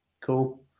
cool